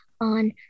on